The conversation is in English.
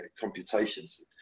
computations